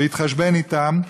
להתחשבן אתן,